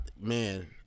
man